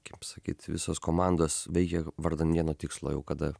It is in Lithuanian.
kaip sakyti visos komandos veikia vardan vieno tikslo o kada